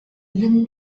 even